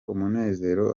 umunezero